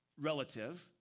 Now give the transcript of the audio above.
relative